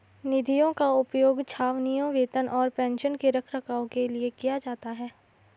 निधियों का उपयोग छावनियों, वेतन और पेंशन के रखरखाव के लिए किया जाता है